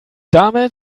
damit